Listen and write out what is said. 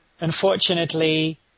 unfortunately